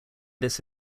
this